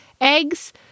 eggs